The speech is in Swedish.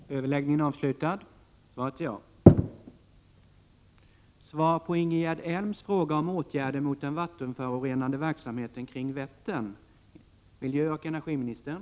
På grund av Vätterns skyddsvärde har regeringen intagit en restriktiv hållning till ansökningar från industriföretag om verksamhetstillstånd i området. Överväger regeringen att ytterligare skärpa sin hållning till förorenande verksamhet kring Vättern?